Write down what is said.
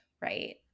right